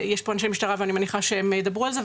יש פה אנשי משטרה ואני מניחה שהם ידברו על זה,